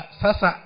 sasa